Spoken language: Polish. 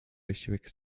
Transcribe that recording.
wysiłek